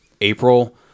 April